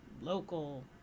local